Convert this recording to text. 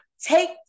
take